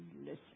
Listen